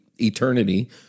eternity